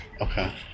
Okay